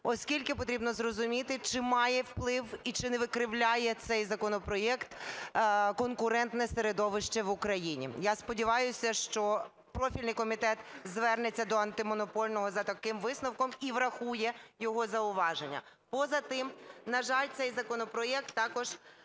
оскільки потрібно зрозуміти, чи має вплив і чи не викривляє цей законопроект конкурентне середовище в Україні. Я сподіваюся, що профільний комітет звернеться до Антимонопольного за таким висновком і врахує його зауваження. Поза тим, на жаль, цей законопроект також